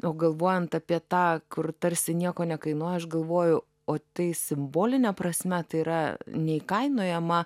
o galvojant apie tą kur tarsi nieko nekainuoja aš galvoju o tai simboline prasme tai yra neįkainojama